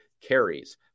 carries